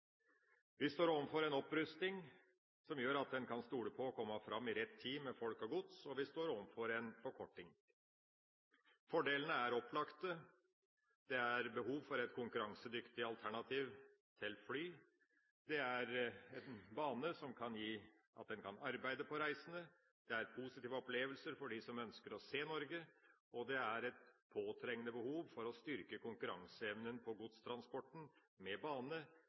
Vi står overfor en opprusting som gjør at en kan stole på at en kommer fram i tide, med folk og gods, og vi står overfor en forkorting. Fordelene er opplagte. Det er behov for et konkurransedyktig alternativ til fly. Det er behov for en bane som gjør at en kan arbeide på reisene. Det skal være positive opplevelser for dem som ønsker å se Norge, og det er et påtrengende behov for å styrke konkurranseevnen på godstransporten med bane,